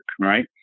right